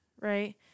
right